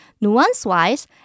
nuance-wise